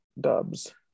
dubs